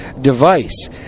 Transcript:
device